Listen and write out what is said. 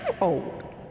old